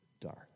dark